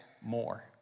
more